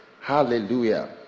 Hallelujah